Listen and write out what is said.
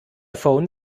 phone